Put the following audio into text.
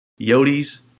Yodis